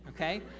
Okay